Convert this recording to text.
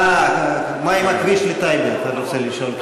אה, מה עם הכביש לטייבה, אתה רוצה לשאול.